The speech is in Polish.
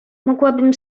mogłabym